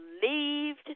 believed